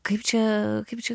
kaip čia kaip čia